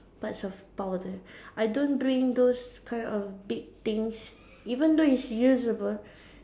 parts of powder I don't bring those kind of big things even though it's usable